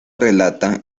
relata